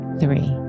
three